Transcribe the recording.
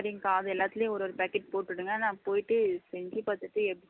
சரிங்க்கா அது எல்லாத்திலயும் ஒரு ஒரு பேக்கெட் போட்டுவிடுங்க நான் போயிட்டு செஞ்சு பார்த்துட்டு எப்